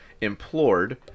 implored